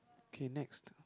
okay next